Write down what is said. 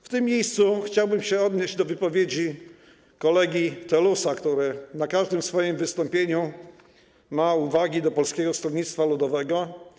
W tym miejscu chciałbym się odnieść do wypowiedzi kolegi Telusa, który w każdym swoim wystąpieniu ma uwagi do Polskiego Stronnictwa Ludowego.